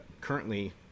currently